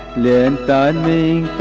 then the